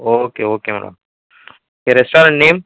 okay okay madam உங்கள் restaurant name